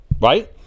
right